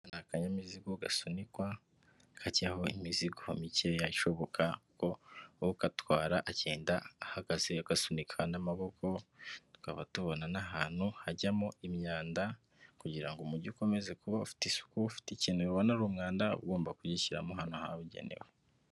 Aka ni akanyamizigo gasunikwa, kajyaho imizigo mikeya ishoboka kuko ugatwara agenda ahagaze agasunika n'amaboko, tukaba tubona n'ahantu hajyamo imyanda kugira ngo umujyi ukomeze kuba ufite isuku, ufite ikintu ubona ari umwanda uba ugomba kugishyiramo hano, ahabugenewe.